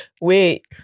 Wait